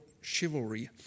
chivalry